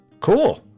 Cool